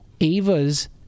Ava's